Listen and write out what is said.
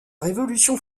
révolution